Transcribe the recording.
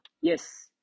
yes